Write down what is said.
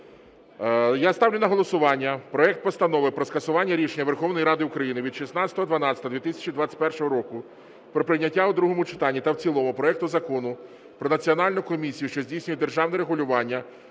Я ставлю на голосування проект Постанови про скасування рішення Верховної Ради України від 16.12.2021 року про прийняття у другому читанні та в цілому проекту Закону про Національну комісію, що здійснює державне регулювання